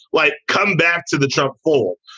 like come back to the trump poll.